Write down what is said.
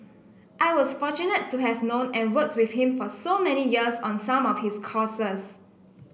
I was fortunate to have known and worked with him for so many years on some of his causes